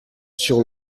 sur